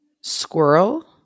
squirrel